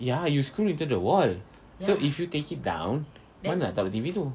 ya you screw into the wall so if you take it down mana nak taruk T_V tu